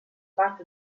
parte